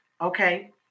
Okay